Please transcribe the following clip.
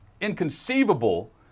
inconceivable